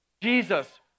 Jesus